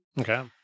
okay